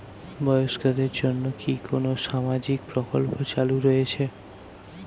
বয়স্কদের জন্য কি কোন সামাজিক প্রকল্প চালু রয়েছে?